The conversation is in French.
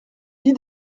dix